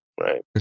right